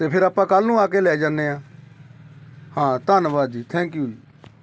ਅਤੇ ਫਿਰ ਆਪਾਂ ਕੱਲ੍ਹ ਨੂੰ ਆ ਕੇ ਲੈ ਜਾਂਦੇ ਹਾ ਹਾਂ ਧੰਨਵਾਦ ਜੀ ਥੈਂਕ ਯੂ ਜੀ